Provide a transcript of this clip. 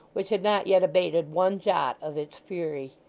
which had not yet abated one jot of its fury.